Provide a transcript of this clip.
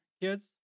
kids